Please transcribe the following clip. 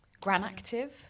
Granactive